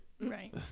Right